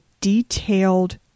detailed